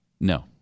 no